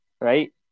right